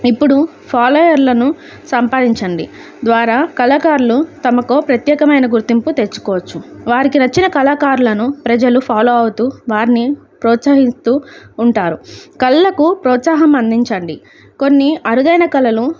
ఇప్పుడు ఫాలోయర్లను సంపాదించండి ద్వారా కళాకారులు తమకో ప్రత్యేకమైన గుర్తింపు తెచ్చుకోవచ్చు వారికి నచ్చిన కళాకారులను ప్రజలు ఫాలో అవుతూ వారిని ప్రోత్సహిస్తూ ఉంటారు కళలకు ప్రోత్సాహం అందించండి కొన్ని అరుదైన కళలు